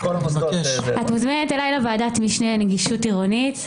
את מוזמנת אליי לוועדת המשנה לנגישות עירונית,